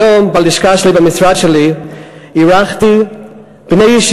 היום בלשכה שלי אירחתי בני-ישיבה,